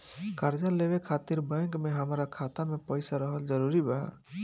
कर्जा लेवे खातिर बैंक मे हमरा खाता मे पईसा रहल जरूरी बा?